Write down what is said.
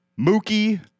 Mookie